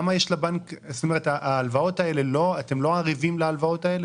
אתם לא ערבים להלוואות האלה?